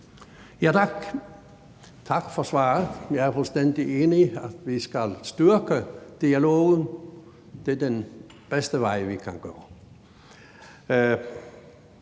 tak for svaret. Jeg er fuldstændig enig i, at vi skal styrke dialogen; det er den bedste vej, vi kan gå.